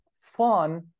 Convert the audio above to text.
fun